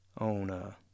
on